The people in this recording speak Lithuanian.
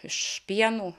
iš pieno